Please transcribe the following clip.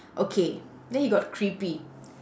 okay then he got creepy